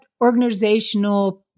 organizational